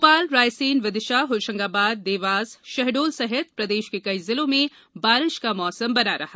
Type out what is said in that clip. भोपाल रायसेन विदिशा होशंगाबाद देवास शहडोल सहित प्रदेश के कई जिलों में बारिश का मौसम बना रहा